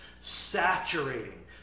saturating